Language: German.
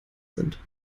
sind